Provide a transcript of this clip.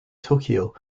tokyo